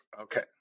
okay